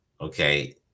okay